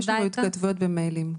יש לנו התכתבויות במיילים.